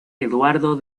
eduardo